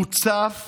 מוצף